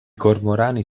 cormorani